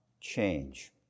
change